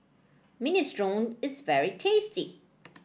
Minestrone is very tasty